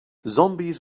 zombies